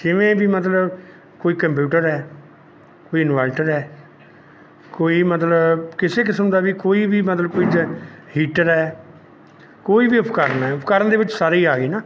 ਜਿਵੇਂ ਵੀ ਮਤਲਬ ਕੋਈ ਕੰਪਿਊਟਰ ਹੈ ਕੋਈ ਇੰਨਵਟਰ ਹੈ ਕੋਈ ਮਤਲਬ ਕਿਸੇ ਕਿਸਮ ਦਾ ਵੀ ਕੋਈ ਵੀ ਮਤਲਬ ਕੁਝ ਹੈ ਹੀਟਰ ਹੈ ਕੋਈ ਵੀ ਉਪਕਰਨ ਹੈ ਉਪਕਰਨ ਦੇ ਵਿੱਚ ਸਾਰੇ ਹੀ ਆ ਗਏ ਨਾ